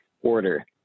order